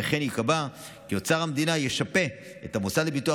וכן ייקבע כי אוצר המדינה ישפה את המוסד לביטוח